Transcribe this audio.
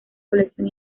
colección